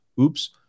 Oops